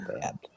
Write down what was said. bad